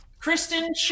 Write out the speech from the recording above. Kristen